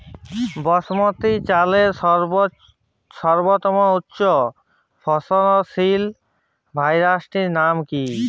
বাসমতী চালের সর্বোত্তম উচ্চ ফলনশীল ভ্যারাইটির নাম কি?